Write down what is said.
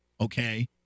okay